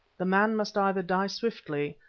the man must either die swiftly,